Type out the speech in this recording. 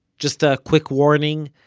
just a quick warning,